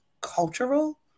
cultural